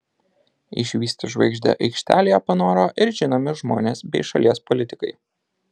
išvysti žvaigždę aikštelėje panoro ir žinomi žmonės bei šalies politikai